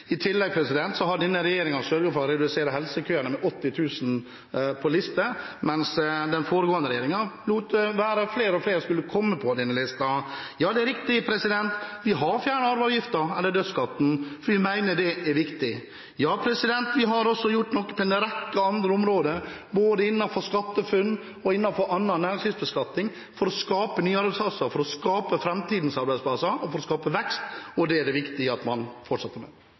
I tillegg har denne regjeringen sørget for å redusere helsekøene med 80 000, som sto på liste, mens den foregående regjeringen lot flere og flere komme på denne listen. Ja, det er riktig, vi har fjernet arveavgiften, eller dødsskatten, fordi vi mener det er viktig. Ja, vi har også gjort noe på en rekke andre områder, både innenfor SkatteFUNN og innenfor annen næringslivsbeskatning, for å skape nye arbeidsplasser, for å skape framtidens arbeidsplasser, for å skape vekst – og det er det viktig at man fortsetter med.